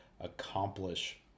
accomplish